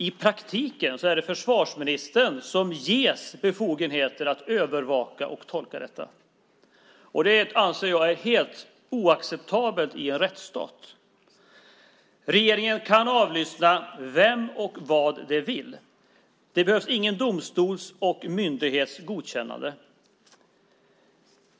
I praktiken är det försvarsministern som ges befogenheter att övervaka och tolka detta. Det anser jag är helt oacceptabelt i en rättsstat. Regeringen kan avlyssna vem och vad den vill. Det behövs ingen domstols eller myndighets godkännande.